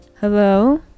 Hello